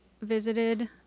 Visited